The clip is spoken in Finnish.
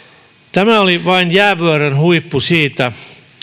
tämä oli vain jäävuoren huippu siitä